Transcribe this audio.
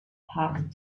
passed